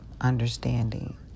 understanding